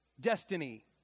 destiny